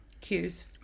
Cues